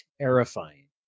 terrifying